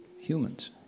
humans